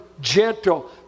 gentle